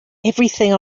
everything